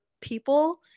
people